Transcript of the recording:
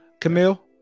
Camille